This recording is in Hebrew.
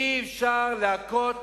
אי-אפשר להכות